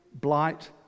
blight